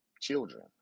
children